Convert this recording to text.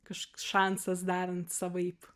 kažkoks šansas darant savaip